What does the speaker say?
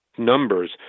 numbers